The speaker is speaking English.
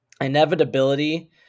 inevitability